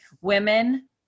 Women